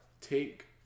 take